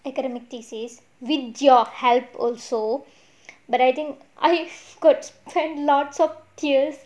academic thesis with your help also but I think I could cry lots of tears